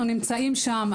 אנחנו נמצאים שם.